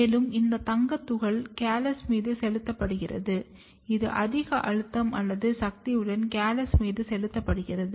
மேலும் இந்த தங்கத் துகள் கேலஸ் மீது செலுத்தப்படுகிறது இது அதிக அழுத்தம் அல்லது சக்தியுடன் கேலஸ் மீது செலுத்தப்டுடுகிறது